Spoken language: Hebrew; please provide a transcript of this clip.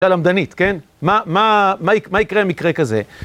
למדנית, כן? מה... מה... מה... מה יקרה במקרה כזה?